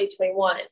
2021